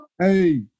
Hey